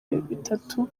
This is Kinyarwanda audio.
bitatu